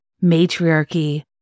matriarchy